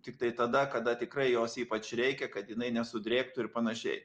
tiktai tada kada tikrai jos ypač reikia kad jinai nesudrėktų ir panašiai